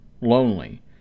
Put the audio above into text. lonely